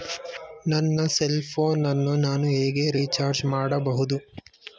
ನನ್ನ cell phone ಅನ್ನು ನಾನು ಹೇಗೆ ರಿಚಾರ್ಜ್ ಮಾಡಬಹುದು?